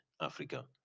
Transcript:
Africa